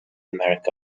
america